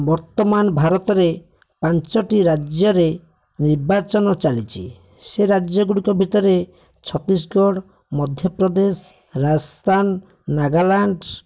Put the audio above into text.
ବର୍ତ୍ତମାନ ଭାରତରେ ପାଞ୍ଚଟି ରାଜ୍ୟରେ ନିର୍ବାଚନ ଚାଲିଛି ସେ ରାଜ୍ୟ ଗୁଡ଼ିକ ଭିତରେ ଛତିଶଗଡ଼ ମଧ୍ୟପ୍ରଦେଶ ରାଜସ୍ଥାନ ନାଗାଲାଣ୍ଡ